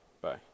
Bye